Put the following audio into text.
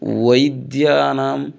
वैद्यानाम्